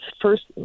first